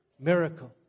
miracle